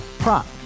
Prop